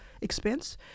expense